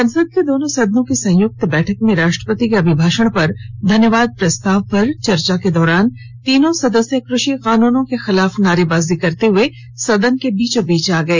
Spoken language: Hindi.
संसद के दोनों सदनों की संयुक्त बैठक में राष्ट्रपति के अभिभाषण पर धन्यवाद प्रस्ताव पर चर्चा के दौरान तीनों सदस्य क्रषि कानूनों के खिलाफ नारेबाजी करते हुए सदन के बीचोंबीच आ गए